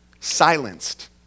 silenced